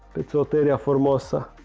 the throat area, formosa,